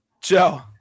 Joe